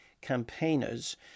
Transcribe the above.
campaigners